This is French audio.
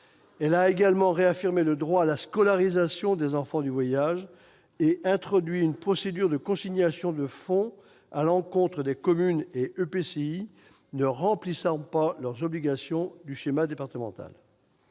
Elle a également réaffirmé le droit à la scolarisation des enfants du voyage et introduit une procédure de consignation de fonds à l'encontre des communes et EPCI ne remplissant pas les obligations du schéma départemental.